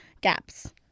gaps